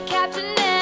Captain